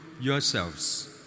yourselves